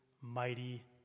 mighty